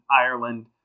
Ireland